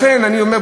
לכן אני אומר,